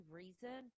reason